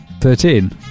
Thirteen